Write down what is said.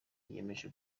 yiyemeje